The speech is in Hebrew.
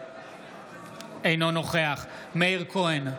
אינו נוכח מאיר כהן,